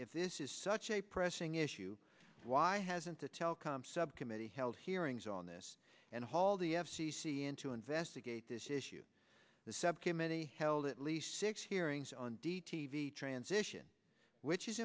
if this is such a pressing issue why hasn't the telecom subcommittee held hearings on this and hauled the f c c in to investigate this issue the subcommittee held at least six hearings on d t v transition which is